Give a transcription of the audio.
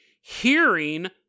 hearing